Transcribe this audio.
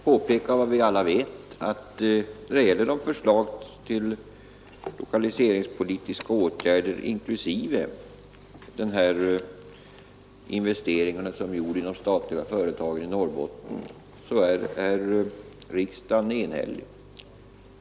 Herr talman! Jag vill bara påpeka vad vi alla vet, nämligen att riksdagen är enhällig när det gäller förslag till lokaliseringspolitiska åtgärder, inklusive de investeringar som gjorts inom de statliga företagen i Norrbotten.